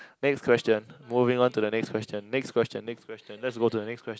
next question moving on to the next question next question next question let's go to the next question